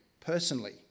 personally